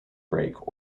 break